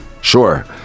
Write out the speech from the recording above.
sure